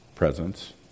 presence